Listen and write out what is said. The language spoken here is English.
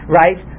right